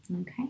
Okay